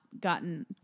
gotten